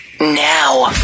now